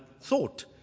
thought